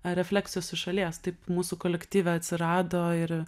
refleksijos iš šalies taip mūsų kolektyve atsirado ir